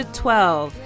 twelve